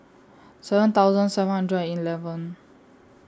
seven thousand seven hundred eleven